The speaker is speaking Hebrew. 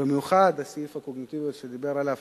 במיוחד סעיף הקוגנטיות שדיבר עליו